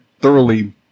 thoroughly